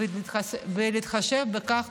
בהתחשב בכך,